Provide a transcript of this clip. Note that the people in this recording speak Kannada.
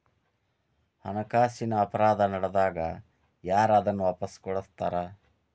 ಹಣಕಾಸಿನ್ ಅಪರಾಧಾ ನಡ್ದಾಗ ಯಾರ್ ಅದನ್ನ ವಾಪಸ್ ಕೊಡಸ್ತಾರ?